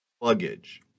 Luggage